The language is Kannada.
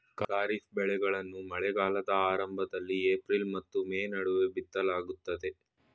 ಖಾರಿಫ್ ಬೆಳೆಗಳನ್ನು ಮಳೆಗಾಲದ ಆರಂಭದಲ್ಲಿ ಏಪ್ರಿಲ್ ಮತ್ತು ಮೇ ನಡುವೆ ಬಿತ್ತಲಾಗುತ್ತದೆ